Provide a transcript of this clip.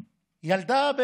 שילדה,